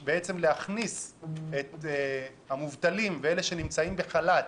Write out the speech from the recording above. זה שהיא מכניסה את השכר של המובטלים ושל אלה שנמצאים בחל"ת,